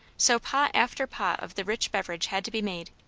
so pot after pot of the rich beverage had to be made.